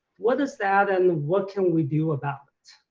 what is that and what can we do about it?